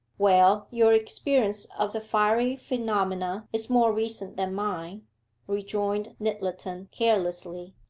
well, your experience of the fiery phenomenon is more recent than mine rejoined nyttleton carelessly.